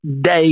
day